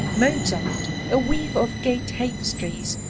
mozart a weaver of gay tapestries,